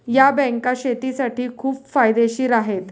या बँका शेतीसाठी खूप फायदेशीर आहेत